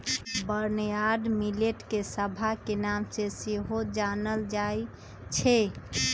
barnyard millet के समा के नाम से सेहो जानल जाइ छै